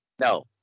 No